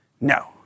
No